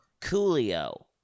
Coolio